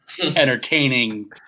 entertaining